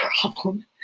problem